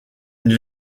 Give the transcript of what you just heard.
une